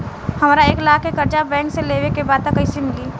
हमरा एक लाख के कर्जा बैंक से लेवे के बा त कईसे मिली?